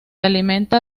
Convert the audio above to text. alimenta